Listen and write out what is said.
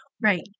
Right